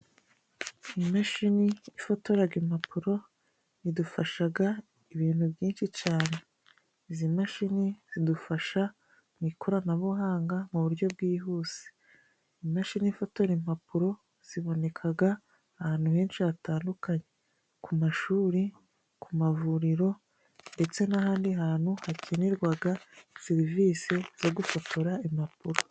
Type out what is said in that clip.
Imashini ifotoraga impapuro idufashaga ibintu byinshi cane. Izi mashini zidufasha mu ikoranabuhanga mu buryo bwihuse, imashini ifotora impapuro zibonekaga ahantu henshi hatandukanye; ku mashuri ,ku mavuriro, ndetse n'ahandi hantu hakenerwaga serivisi zo gufotora impapuro.